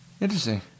Interesting